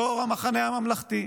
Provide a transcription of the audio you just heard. יו"ר המחנה הממלכתי.